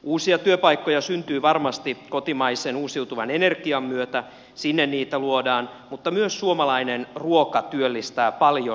uusia työpaikkoja syntyy varmasti kotimaisen uusiutuvan energian myötä sinne niitä luodaan mutta myös suomalainen ruoka työllistää paljon